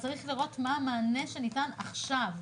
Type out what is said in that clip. אבל צריך לראות מה המענה שניתן עכשיו,